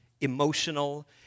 emotional